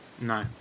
no